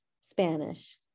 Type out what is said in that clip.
Spanish